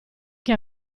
che